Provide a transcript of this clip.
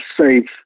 safe